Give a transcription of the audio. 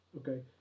Okay